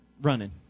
running